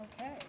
Okay